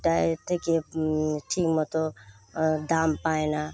সেটা থেকে ঠিকমতো দাম পায় না